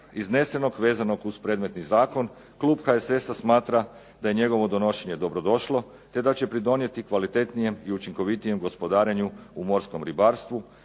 iznesenog, vezanog uz predmetni zakon, klub HSS-a smatra da je njegovo donošenje dobrodošlo, te da će pridonijeti kvalitetnijem i učinkovitijem gospodarenju u morskom ribarstvu,